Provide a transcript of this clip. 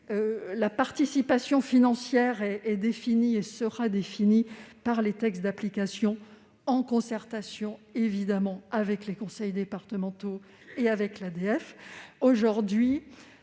La participation financière sera définie par les textes d'application, en concertation, évidemment, avec les conseils départementaux et l'ADF. Aujourd'hui,